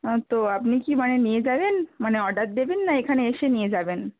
হ্যাঁ তো আপনি কী মানে নিয়ে যাবেন মানে অর্ডার দেবেন না এখানে এসে নিয়ে যাবেন